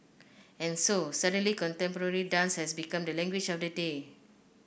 and so suddenly contemporary dance has become the language of the day